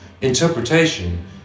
Interpretation